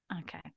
Okay